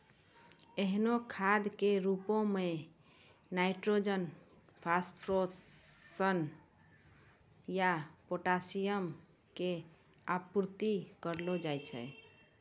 एहनो खादो के रुपो मे नाइट्रोजन, फास्फोरस या पोटाशियम के आपूर्ति करलो जाय छै